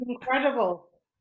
incredible